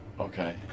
Okay